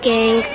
Gang